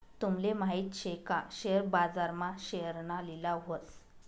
तूमले माहित शे का शेअर बाजार मा शेअरना लिलाव व्हस